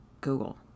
google